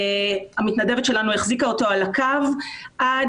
והמתנדבת שלנו החזיקה אותו על הקו עד